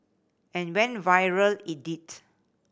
and went viral it did